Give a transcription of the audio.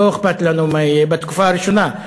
לא אכפת לנו מה יהיה בתקופה הראשונה,